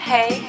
Hey